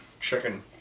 chicken